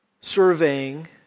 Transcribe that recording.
surveying